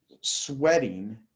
sweating